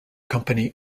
company